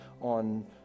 on